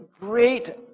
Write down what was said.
great